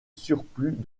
surplus